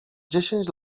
dziesięć